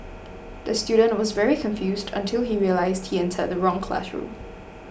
the student was very confused until he realised he entered the wrong classroom